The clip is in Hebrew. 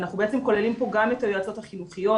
אנחנו בעצם כוללים פה גם את היועצות החינוכיות,